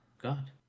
God